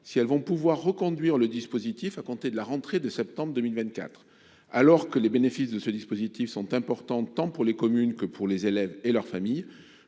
si le dispositif pourra être reconduit à compter de la rentrée de septembre 2024. Alors que les bénéfices de celui ci sont importants tant pour les communes que pour les élèves et leurs familles,